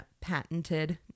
patented